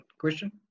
question